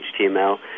HTML